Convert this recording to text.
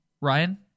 Ryan